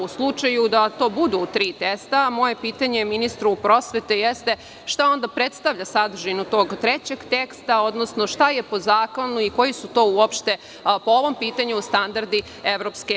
U slučaju da to budu tri testa, moje pitanje ministru prosvete jeste – šta onda predstavlja sadržinu tog trećeg testa, odnosno šta je po zakonu i koji su to uopšte, po ovom pitanju standardi EU?